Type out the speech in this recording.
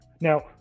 now